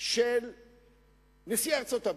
של נשיא ארצות-הברית,